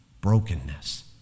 brokenness